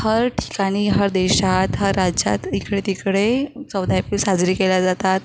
हर ठिकाणी हर देशात हर राज्यात इकडे तिकडे चौदा एप्रिल साजरी केल्या जातात